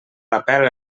apel·la